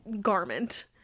garment